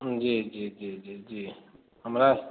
जी जी जी जी जी हमरा